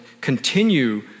continue